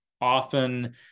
often